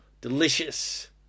delicious